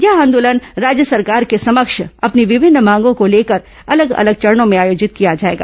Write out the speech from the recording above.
यह आंदोलन राज्य सरकार के समक्ष अपनी विभिन्न मांगों को लेकर अलग अलग चरणों में आयोजित किया जाएगा